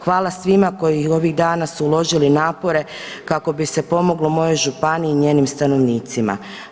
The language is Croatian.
Hvala svima koji ovih dana su uložili napore kako bi se pomoglo mojoj županiji i njenim stanovnicima.